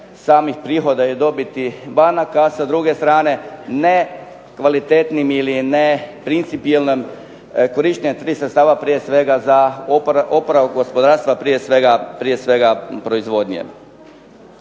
samih prihoda i dobiti banaka, a sa druge strane ne kvalitetnim ili ne principijelnom korištenjem sredstava prije svega za oporavak gospodarstva, prije svega proizvodnje.